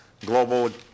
global